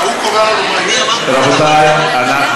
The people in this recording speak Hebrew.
רבותי, אנחנו